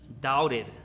doubted